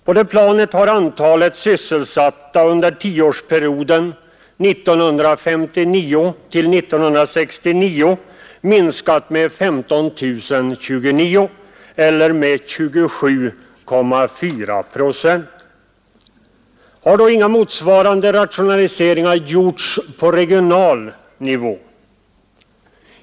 På det planet har antalet sysselsatta under tioårsperioden 1959—1969 minskat med 15 029 eller med 27,4 procent. Har då inga motsvarande rationaliseringar gjorts på regional nivå?